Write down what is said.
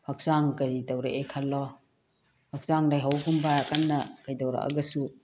ꯍꯛꯆꯥꯡ ꯀꯔꯤ ꯇꯧꯔꯛꯑꯦ ꯈꯜꯂꯣ ꯍꯛꯆꯥꯡ ꯂꯥꯏꯍꯧꯒꯨꯝꯕ ꯀꯟꯅ ꯀꯩꯗꯧꯔꯛꯑꯒꯁꯨ